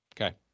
okay